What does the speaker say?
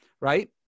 right